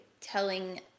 telling